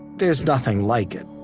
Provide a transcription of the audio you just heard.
there's nothing like it